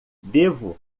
devo